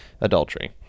adultery